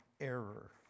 error